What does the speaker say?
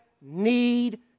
need